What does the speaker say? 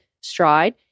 stride